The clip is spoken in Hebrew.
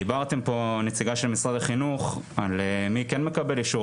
דיברה הנציגה של משרד החינוך על מי מקבל אישור,